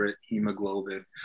hemoglobin